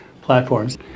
platforms